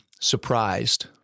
surprised